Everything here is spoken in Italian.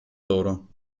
loro